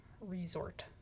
resort